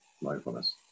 mindfulness